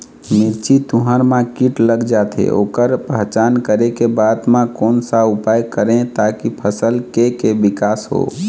मिर्ची, तुंहर मा कीट लग जाथे ओकर पहचान करें के बाद मा कोन सा उपाय करें ताकि फसल के के विकास हो?